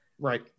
right